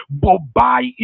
bobai